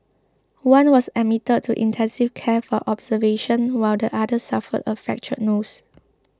one was admitted to intensive care for observation while the other suffered a fractured nose